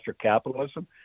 capitalism